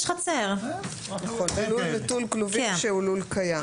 חצי שנה, בלול נטול כלובים שהוא לול קיים.